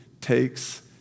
takes